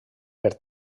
per